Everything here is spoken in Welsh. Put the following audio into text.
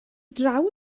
draw